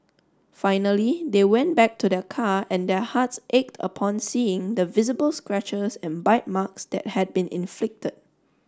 finally they went back to their car and their hearts ached upon seeing the visible scratches and bite marks that had been inflicted